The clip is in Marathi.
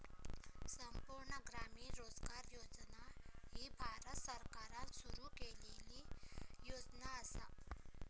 संपूर्ण ग्रामीण रोजगार योजना ही भारत सरकारान सुरू केलेली योजना असा